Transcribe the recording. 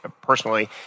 personally